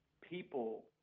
people